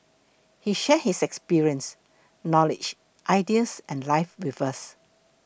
he shared his experience knowledge ideas and life with us